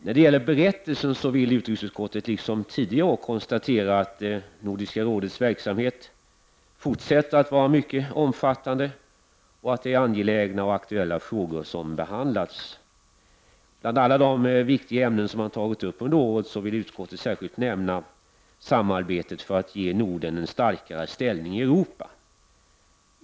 När det gäller berättelsen konstaterar utrikesutskottet, liksom tidigare år, att Nordiska rådets verksamhet fortsätter att vara mycket omfattande och att det är angelägna och aktuella frågor som behandlas. Bland alla de viktiga ämnen som man har tagit upp under året vill utskottet särskilt nämna samarbetet för att ge Norden en starkare ställning i Europa.